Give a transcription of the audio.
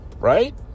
right